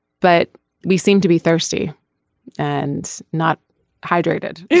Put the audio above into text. but we seem to be thirsty and not hydrated yeah